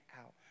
out